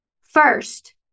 first